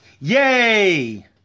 yay